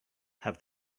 have